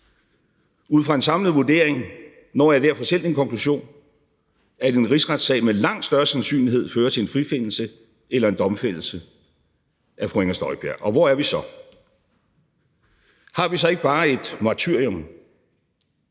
Ud fra en samlet vurdering når jeg derfor selv den konklusion, at en rigsretssag med langt større sandsynlighed fører til en frifindelse end en domfældelse af fru Inger Støjberg. Og hvor er vi så? Har vi så ikke bare et martyrium?